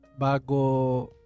bago